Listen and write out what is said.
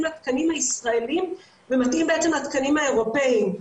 לתקנים הישראליים ומתאים בעצם לתקנים האירופאיים.